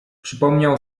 przypomniał